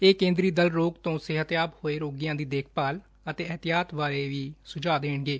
ਇਹ ਕੇਂਦਰੀ ਦਲ ਰੋਗ ਤੋਂ ਸਿਹਤਯਾਬ ਹੋਏ ਰੋਗੀਆਂ ਦੀ ਦੇਖਭਾਲ ਅਤੇ ਅਹਿਤਿਆਤ ਬਾਰੇ ਵੀ ਸੁਝਾਅ ਦੇਣਗੇ